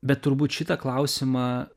bet turbūt šitą klausimą